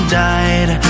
died